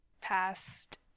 past